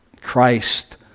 Christ